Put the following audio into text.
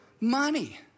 money